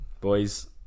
boys